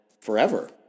forever